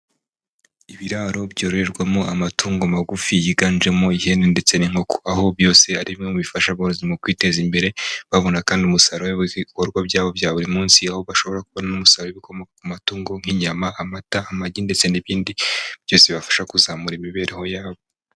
Ibiraro byororerwamo amatungo magufi, yiganjemo ihene ndetse n'inkoko. Aho byose ari bimwe bifasharorezi mu kwiteza imbere, babona kandi umusaruro kubera ibikorwa byabo bya buri munsi. Aho bashobora kubona umusaruro ukomoka ku matungo, nk'inyama, amata, amagi, ndetse n'ibindi. Byose bibafasha kuzamura imibereho yabo.